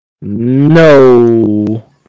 No